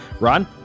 Ron